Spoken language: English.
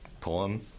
poem